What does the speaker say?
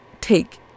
take